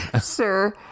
sir